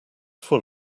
full